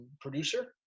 producer